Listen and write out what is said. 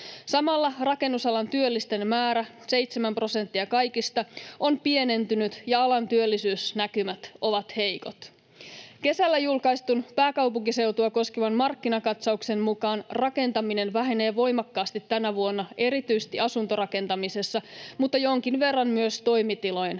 Samalla rakennusalan työllisten määrä, seitsemän prosenttia kaikista, on pienentynyt ja alan työllisyysnäkymät ovat heikot. Kesällä julkaistun pääkaupunkiseutua koskevan markkinakatsauksen mukaan rakentaminen vähenee voimakkaasti tänä vuonna erityisesti asuntorakentamisessa, mutta jonkin verran myös toimitilojen